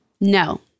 No